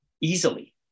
easily